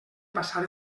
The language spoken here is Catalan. passar